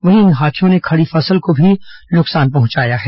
वहीं इन हाथियों ने खड़ी फसल को भी नुकसान पहुंचाया है